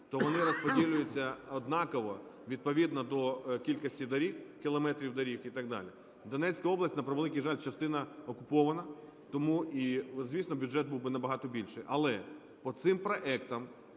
то вони розподіляються однаково, відповідно до кількості доріг, кілометрів доріг і так далі. Донецька область, на превеликий жаль, частина окупована, тому і, звісно, бюджет був би набагато більший. Але оцим проектом,